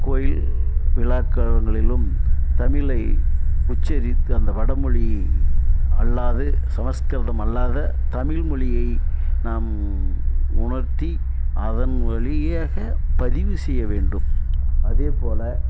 கோயில் விழாக்காலங்களிலும் தமிழை உச்சரித்து அந்த வட மொழி அல்லாது சமஸ்கிருதம் அல்லாத தமிழ் மொழியை நாம் உணர்த்தி அதன் வழியாக பதிவு செய்ய வேண்டும் அதே போல்